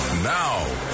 Now